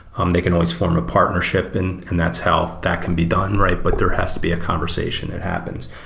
um they can always form a partnership, and and that's how that can be done right, but there has to be a conversation that happens.